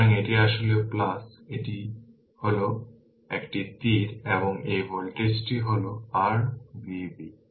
সুতরাং এটি আসলে এটি হল একটি তীর এবং এই ভোল্টেজটি হল r Vb